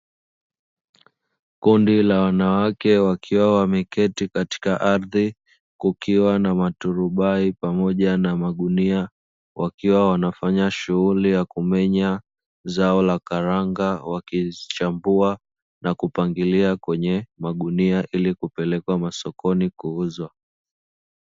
kundi la wanawake wakiwa wameketi katika ardhi kukiwa na maturubai pamoja na magunia wakiwa wanafanya shughuli ya kumenya zao la karanga wakizichambua na kupangilia kwenye magunia ili kupeleka masokoni kuuza.